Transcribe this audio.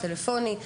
טלפוני,